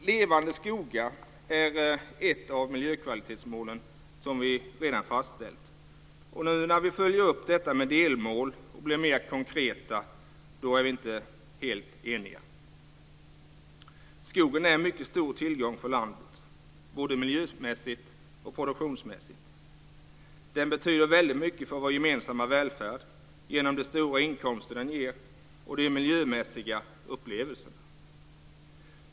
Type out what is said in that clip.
Levande skogar är ett av miljökvalitetsmålen som vi redan fastställt. När vi följer upp det med delmål och blir mer konkreta är vi inte helt eniga. Skogen är en mycket stor tillgång för landet både miljömässigt och produktionsmässigt. Den betyder väldigt mycket för vår gemensamma välfärd genom de stora inkomster den ger och de miljömässiga upplevelserna.